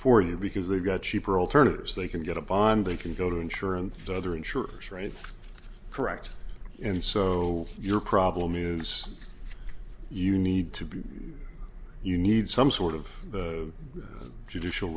for you because they've got cheaper alternatives they can get a bond they can go to insure and other insurers right correct and so your problem is you need to be you need some sort of judicial